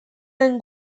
den